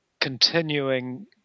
continuing